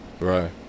Right